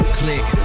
click